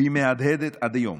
והיא מהדהדת עד היום.